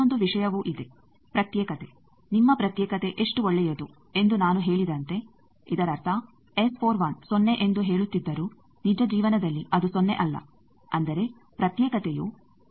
ಇನ್ನೊಂದು ವಿಷಯವೂ ಇದೆ ಪ್ರತ್ಯೇಕತೆ ನಿಮ್ಮ ಪ್ರತ್ಯೇಕತೆ ಎಷ್ಟು ಒಳ್ಳೆಯದು ಎಂದು ನಾನು ಹೇಳಿದಂತೆ ಇದರರ್ಥ ಸೊನ್ನೆ ಎಂದು ಹೇಳುತ್ತಿದ್ದರೂ ನಿಜ ಜೀವನದಲ್ಲಿ ಅದು ಸೊನ್ನೆ ಅಲ್ಲ ಅಂದರೆ ಪ್ರತ್ಯೇಕತೆಯು ಆಗಿದೆ